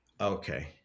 Okay